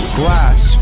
glass